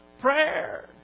Prayer